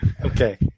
Okay